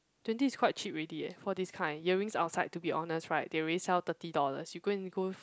twenty is quite cheap already eh for this kind earrings outside to be honest right they already sell thirty dollars you go and go